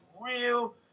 real